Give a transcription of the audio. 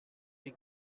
des